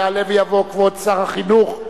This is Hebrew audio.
יעלה ויבוא כבוד שר החינוך,